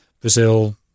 Brazil